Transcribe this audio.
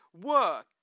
work